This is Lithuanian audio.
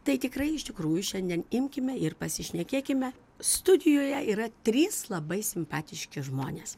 tai tikrai iš tikrųjų šiandien imkime ir pasišnekėkime studijoje yra trys labai simpatiški žmonės